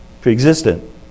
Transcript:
pre-existent